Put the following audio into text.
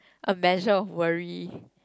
a measure of worry